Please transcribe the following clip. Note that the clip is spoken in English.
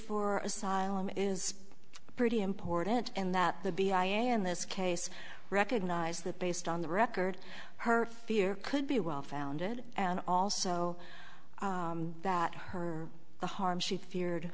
for asylum is pretty important and that the b i and this case recognize that based on the record her fear could be well founded and also that her the harm she feared